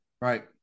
Right